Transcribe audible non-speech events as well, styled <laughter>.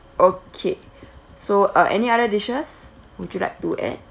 okay <breath> so uh any other dishes would you like to add